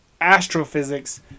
astrophysics